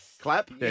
Clap